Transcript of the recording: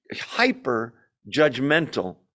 hyper-judgmental